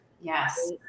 Yes